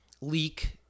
leak